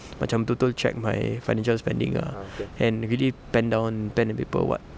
macam total check my financial spending ah and really pen down pen and paper what